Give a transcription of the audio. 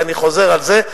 ואני חוזר על זה,